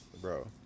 bro